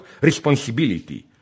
responsibility